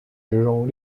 之中